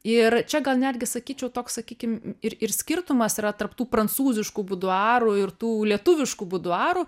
ir čia gal netgi sakyčiau toks sakykim ir ir skirtumas yra tarp tų prancūziškų buduarų ir tų lietuviškų buduarų